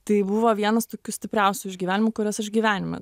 tai buvo vienas tokių stipriausių išgyvenimų kuriuos aš gyvenime